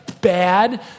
bad